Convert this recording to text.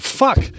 fuck